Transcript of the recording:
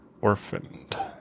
orphaned